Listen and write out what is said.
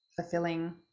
fulfilling